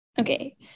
okay